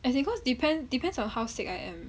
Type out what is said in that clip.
as in cause depends depends on how sick I am